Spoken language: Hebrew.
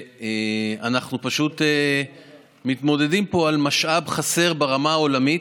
ואנחנו פשוט מתמודדים פה על משאב חסר ברמה העולמית,